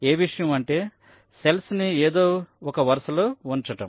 ఏ విషయం అంటే సెల్స్ ని ఏదో ఒక వరసలో ఉంచడం